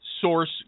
source